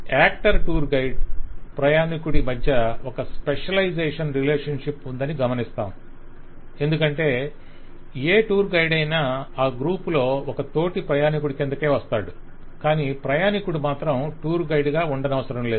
actor tour guide ప్రయాణీకుడి మధ్య ఒక స్పెషలైజషన్ రిలేషన్షిప్ ఉందని గమనిస్తాం ఎందుకంటే ఏ టూర్ గైడ్ అయినా ఆ గ్రూప్ లో ఒక తోటి ప్రయాణీకుడికిందకే వస్తాడు కానీ ప్రయాణికుడు మాత్రం టూర్ గైడ్ గా ఉండనవసరంలేదు